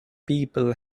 people